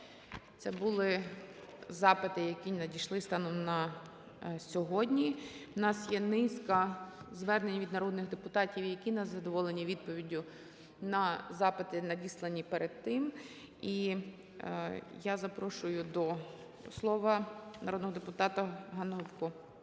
Це були запити, які надійшли станом на сьогодні. В нас є низка звернень від народних депутатів, які не задоволені відповіддю на запити, надіслані перед тим. І я запрошую до слова народного депутата ГаннуГопко.